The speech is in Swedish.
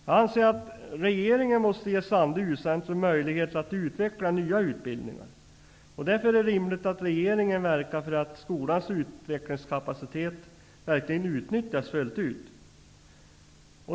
Jag anser att regeringen måste ge Sandö U-centrum möjlighet att utveckla nya utbildningar. Det är därför rimligt att regeringen verkar för att skolans utvecklingskapacitet utnyttjas fullt ut.